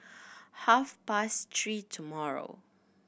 half past three tomorrow